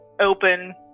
open